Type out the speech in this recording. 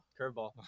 Curveball